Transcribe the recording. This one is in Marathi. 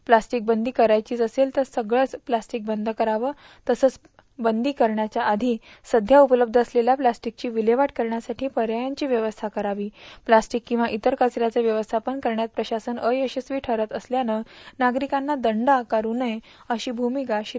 प्लास्टिक बंदी करायचीच असेल तर सगळचं प्लास्टिक वंद करावं तसंच वंदी करण्याच्या आषी सध्या उपलब्ध असलेल्या प्लास्टिकची विल्हेवाट करण्यासाठी पर्यायांची व्यवस्था करावी प्लास्टिक किंवा इतर कवऱ्याचं व्यवस्थापन करण्यात प्रशासन अयशस्वी ठरत असल्यानं नागरिकांना दंड आकारू नये अश्री भूमिका श्री